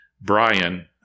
Brian